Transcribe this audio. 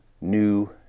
new